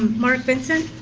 mark vincent.